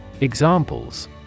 Examples